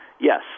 yes